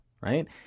right